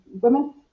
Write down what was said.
women